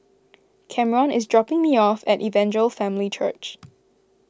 Kameron is dropping me off at Evangel Family Church